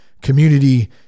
community